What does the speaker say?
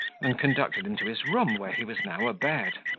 and conducted him to his room, where he was now abed.